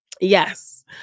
Yes